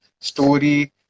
story